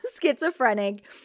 schizophrenic